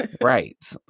right